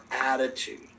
attitude